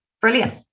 Brilliant